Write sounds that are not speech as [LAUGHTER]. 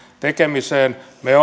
tekemiseen me [UNINTELLIGIBLE]